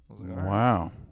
wow